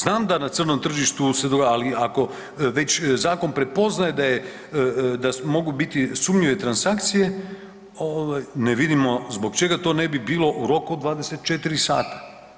Znam da na crnom tržištu se ... ali ako već zakon prepoznaje da je, da mogu biti sumnjive transakcije, ovaj, ne vidimo zbog čega to ne bi bilo u roku od 24 sata.